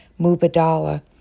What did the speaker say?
Mubadala